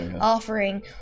offering